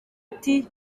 ati